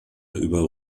über